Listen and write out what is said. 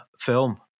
Film